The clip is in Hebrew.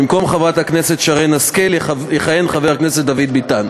במקום חברת הכנסת שרן השכל יכהן חבר הכנסת דוד ביטן.